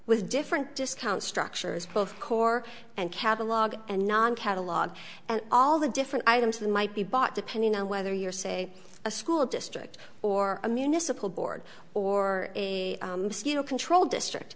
with different discount structures both core and catalog and non catalog and all the different items that might be bought depending on whether you're say a school district or a municipal board or a control district